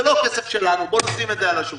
זה לא כסף שלנו, בוא נשים את זה על השולחן.